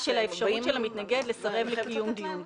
של האפשרות של המתנגד לסרב לקיום דיון כזה.